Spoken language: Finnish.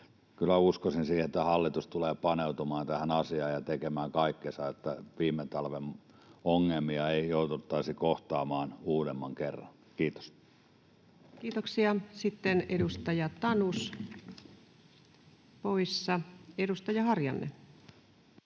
Kyllä uskoisin siihen, että hallitus tulee paneutumaan tähän asiaan ja tekemään kaikkensa, että viime talven ongelmia ei jouduttaisi kohtaamaan uudemman kerran. — Kiitos. Kiitoksia. — Sitten edustaja Tanus, poissa. — Edustaja Harjanne.